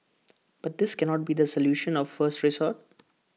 but this cannot be the solution of first resort